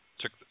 took